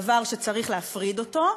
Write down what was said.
דבר שצריך להפריד אותו,